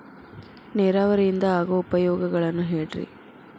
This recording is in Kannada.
ನೇರಾವರಿಯಿಂದ ಆಗೋ ಉಪಯೋಗಗಳನ್ನು ಹೇಳ್ರಿ